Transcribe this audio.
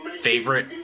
favorite